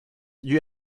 you